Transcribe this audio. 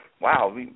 wow